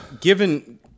given